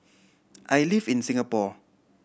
I live in Singapore